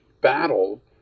battle